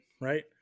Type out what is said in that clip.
right